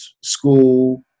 school